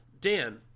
Dan